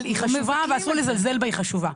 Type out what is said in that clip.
היא חשובה ואסור לזלזל בה, היא חשובה.